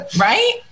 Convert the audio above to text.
Right